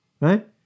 Right